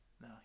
No